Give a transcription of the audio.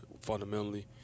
fundamentally